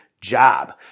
job